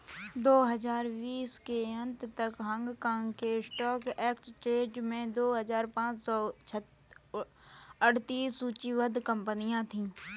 दो हजार बीस के अंत तक हांगकांग के स्टॉक एक्सचेंज में दो हजार पाँच सौ अड़तीस सूचीबद्ध कंपनियां थीं